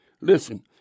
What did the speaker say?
Listen